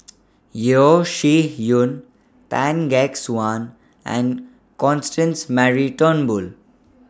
Yeo Shih Yun Tan Gek Suan and Constance Mary Turnbull